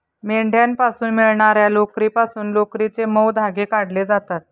मेंढ्यांपासून मिळणार्या लोकरीपासून लोकरीचे मऊ धागे काढले जातात